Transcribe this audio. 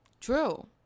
True